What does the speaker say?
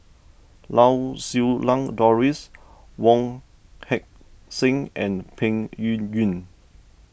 Lau Siew Lang Doris Wong Heck Sing and Peng Yuyun